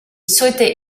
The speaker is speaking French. souhaitait